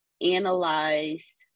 analyze